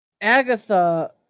Agatha